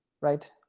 right